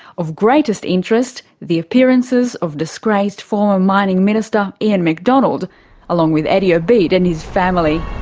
of greatest interest, the appearances of disgraced former mining minister ian mcdonald along with eddie obeid and his family.